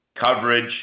coverage